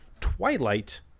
twilight